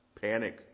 panic